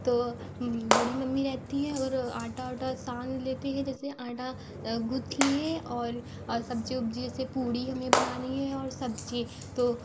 तो बड़ी मम्मी रहती हैं और आटा उटा सान लेती हैं जैसे आटा गूँथ लिये और सब्जी वब्जी जैसे पूड़ी हमें बनानी है और सब्जी तो